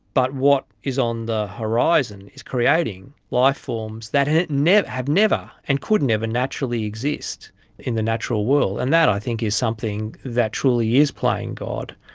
but what is on the horizon is creating life forms that have never have never and could never naturally exist in the natural world. and that i think is something that truly is playing god.